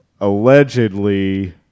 allegedly